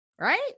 Right